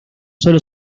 solo